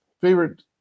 favorite